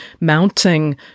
mounting